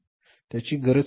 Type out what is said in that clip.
त्याची गरज का पडली